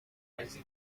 isa